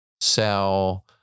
sell